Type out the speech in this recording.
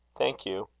thank you.